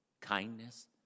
kindness